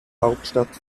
hauptstadt